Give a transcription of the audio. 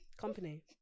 company